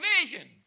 vision